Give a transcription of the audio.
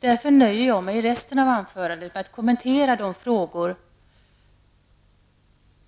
Därför nöjer jag mig med att fortsättningsvis i mitt anförande kommentera de frågor